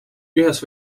ühes